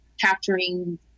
capturing